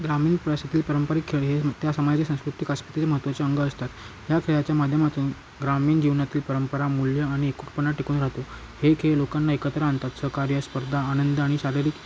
ग्रामीण प्रशातील पारंपरिक खेळ हे त्या समाजाचे सांस्कृतिक अश महत्त्वाचे अंग असतात या खेळाच्या माध्यमातून ग्रामीण जीवनातील परंपरा मूल्य आणि एकूटपणा टिकून राहतो हे खेळ लोकांना एकत्र आणतात सहकार्य स्पर्धा आनंद आणि शारीरिक